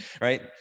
right